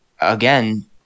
again